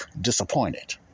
disappointed